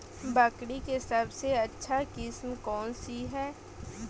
बकरी के सबसे अच्छा किस्म कौन सी है?